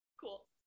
cool